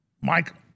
Mike